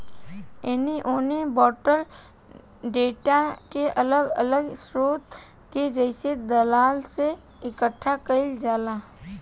एने ओने के बॉटल डेटा के अलग अलग स्रोत से जइसे दलाल से इकठ्ठा कईल जाला